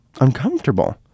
uncomfortable